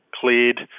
cleared